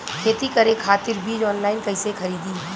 खेती करे खातिर बीज ऑनलाइन कइसे खरीदी?